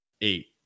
eight